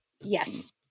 yes